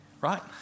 Right